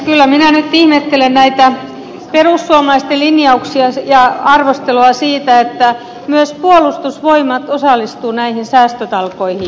kyllä minä nyt ihmettelen näitä perussuomalaisten linjauksia ja arvostelua siitä että myös puolustusvoimat osallistuu näihin säästötalkoihin